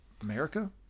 America